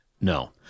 No